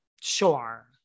Sure